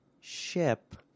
Ship